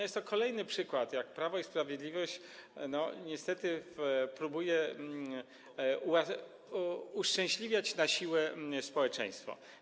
Jest to kolejny przykład, jak Prawo i Sprawiedliwość niestety próbuje uszczęśliwiać na siłę społeczeństwo.